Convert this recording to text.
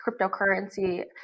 cryptocurrency